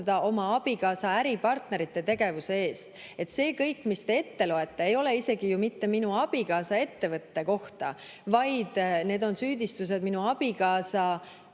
oma abikaasa äripartnerite tegevuse eest. See kõik, mis te ette loete, ei ole isegi ju mitte minu abikaasa ettevõtte kohta, vaid need on süüdistused minu abikaasa